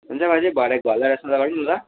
हुन्छ बाजे भरै घर आएर सल्लाह गरौँ न ल